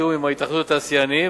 בתיאום עם התאחדות התעשיינים,